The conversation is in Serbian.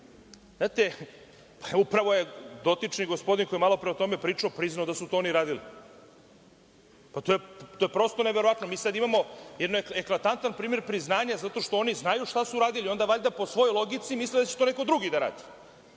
reketa. Znate, upravo je dotični gospodin koji je malo pre pričao, priznao da su to oni radili. Pa, to je prosto neverovatno. Mi sada imamo jedan ekletantan primer znanja zato što oni znaju šta su radili, pa onda valjda po svojoj logici misle da će to neko drugi da radi,